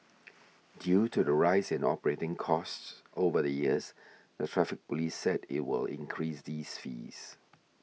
due to the rise in operating costs over the years the Traffic Police said it will increase these fees